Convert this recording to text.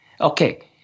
Okay